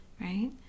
right